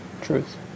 truth